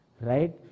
Right